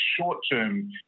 short-term